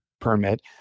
permit